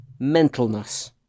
Mentalness